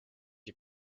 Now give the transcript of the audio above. you